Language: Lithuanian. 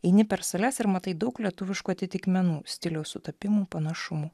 eini per sales ir matai daug lietuviškų atitikmenų stiliaus sutapimų panašumų